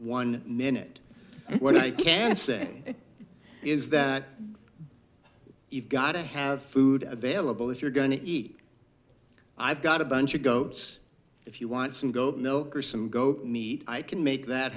one minute what i can say is that you've got to have food available if you're going to eat i've got a bunch of goats if you want some gold milk or some go meat i can make that